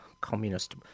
communist